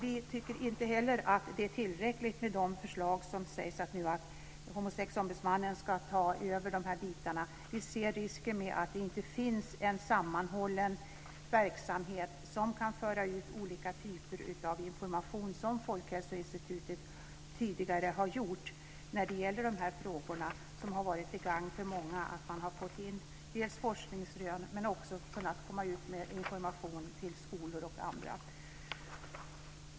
Vi tycker inte heller att förslaget att ombudsmannen mot diskriminering på grund av sexuell läggning ska ta över dessa bitar är tillräckligt. Vi ser risken med att det inte finns en sammanhållen verksamhet som kan föra ut olika typer av information som Folkhälsoinstitutet tidigare har gjort när det gäller dessa frågor, som har varit till gagn för många. Man har fått in forskningsrön men också kunnat komma ut med forskningsrön till skolor och andra.